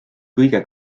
kõige